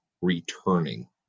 returning